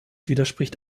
widerspricht